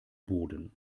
boden